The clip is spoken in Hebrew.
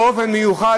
באופן מיוחד,